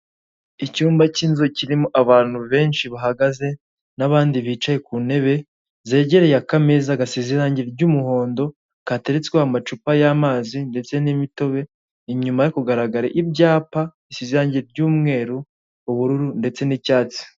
Icyumba cy'inzu kirimo abantu benshi bahagaze nabandi bicaye ku ntebe zegereye akameza gasize irangi ry'umuhondo kateritsweho amacupa y'amazi ndetse n'imitobe inyuma yo kugaragara ibyapa bisize irange ry'umweru, ubururu ndetse n'icyatsi.